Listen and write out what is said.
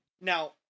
now